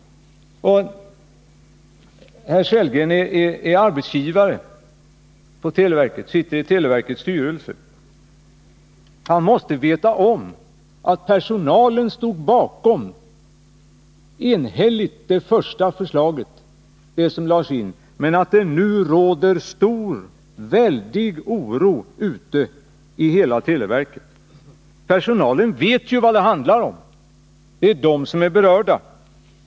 Herr Sellgren är arbetsgivare på televerket genom att han sitter i televerkets styrelse. Han måste veta om att personalen enhälligt stod bakom det första förslaget och att det råder stor oro inom hela televerket. De anställda vet vad det handlar om — det är de som är berörda.